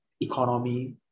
economy